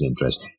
interest